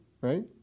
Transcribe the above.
right